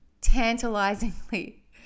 tantalizingly